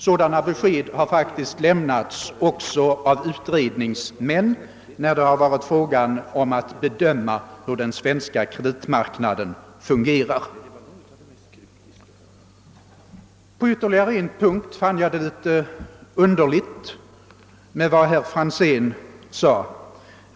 Sådana besked har faktiskt också lämnats av utredningsmän när det varit fråga om att bedöma hur den svenska kreditmarknaden fungerar. På ytterligare en punkt fann jag herr Franzéns anförande litet underligt.